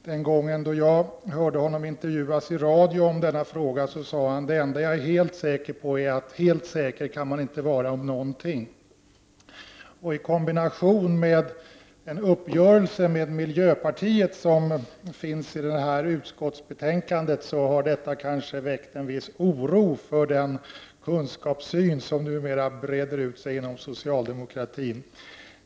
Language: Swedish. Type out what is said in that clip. Den gången då jag hörde honom intervjuas i radio om denna fråga sade han: ”Det enda jag är helt säker på är att helt säker kan man inte vara om någonting.” I kombination med den uppgörelse med miljöpartiet som finns i det här utskottsbetänkandet har detta kanske väckt en viss oro för den kunskapssyn som numera breder ut sig inom socialdemokratin.